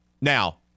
Now